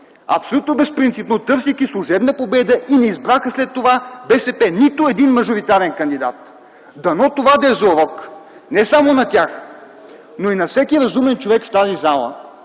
абсолютно безпринципно, търсейки служебна победа и не избраха след това от БСП нито един мажоритарен кандидат. Дано това да е за урок не само на тях, но и на всеки разумен човек в тази зала